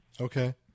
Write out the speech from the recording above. Okay